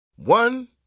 One